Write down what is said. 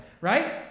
right